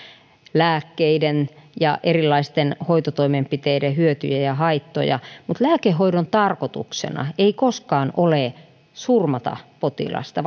lääkkeiden ja erilaisten hoitotoimenpiteiden hyötyjä ja haittoja mutta lääkehoidon tarkoituksena ei koskaan ole surmata potilasta